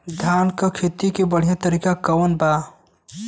धान के खेती के बढ़ियां तरीका कवन बा?